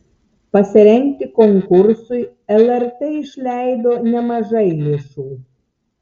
pasirengti konkursui lrt išleido nemažai lėšų